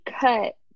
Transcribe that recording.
cut